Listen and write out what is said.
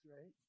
right